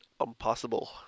impossible